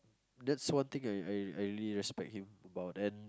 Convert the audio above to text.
that's one thing I I I really respect him about and